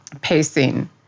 pacing